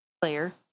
player